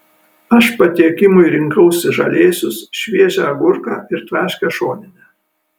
aš patiekimui rinkausi žalėsius šviežią agurką ir traškią šoninę